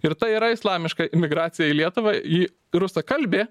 ir tai yra islamiška imigracija į lietuvą ji rusakalbė